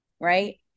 right